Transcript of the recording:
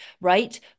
right